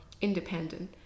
independent